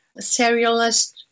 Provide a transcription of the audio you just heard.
serialist